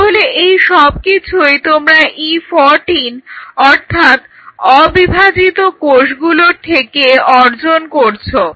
তাহলে এই সবকিছুই তোমরা E14 অর্থাৎ অবিভাজিত কোষগুলোর থেকে অর্জন করছো